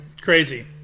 Crazy